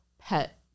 pet